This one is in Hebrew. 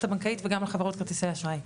הבנקאית וגם על חברות כרטיסי אשראי.